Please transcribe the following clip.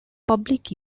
public